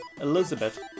Elizabeth